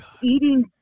eating